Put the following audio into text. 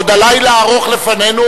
עוד הלילה ארוך לפנינו,